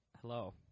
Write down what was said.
hello